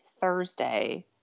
Thursday